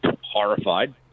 horrified